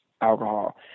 alcohol